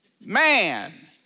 man